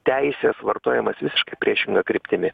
teisės vartojamas visiškai priešinga kryptimi